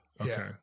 Okay